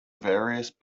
various